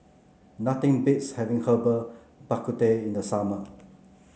nothing beats having Herbal Bak Ku Teh in the summer